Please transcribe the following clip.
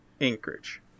Anchorage